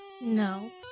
no